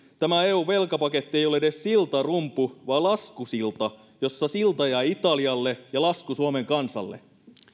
tämä eun velkapaketti ei ole edes siltarumpu vaan laskusilta jossa silta jää italialle ja lasku suomen kansalle